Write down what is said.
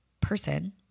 person